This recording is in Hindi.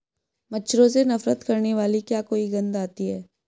मच्छरों से नफरत करने वाली क्या कोई गंध आती है?